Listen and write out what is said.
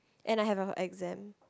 and I have a exam